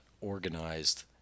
organized